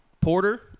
Porter